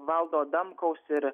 valdo adamkaus ir